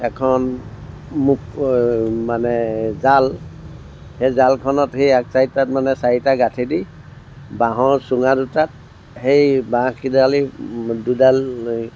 এখন মানে জাল সেই জালখনত সেই আগ চাৰিটাত মানে চাৰিটা গাঁঠি দি বাঁহৰ চুঙা দুটাত সেই বাঁহ কিডালি দুডাল এই